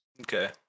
Okay